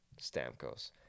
Stamkos